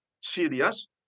serious